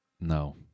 No